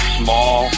small